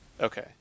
Okay